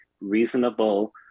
reasonable